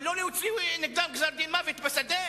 אבל לא להוציא נגדם גזר-דין מוות בשדה,